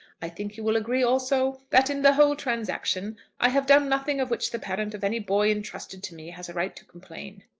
i think you will agree, also, that in the whole transaction i have done nothing of which the parent of any boy intrusted to me has a right to complain.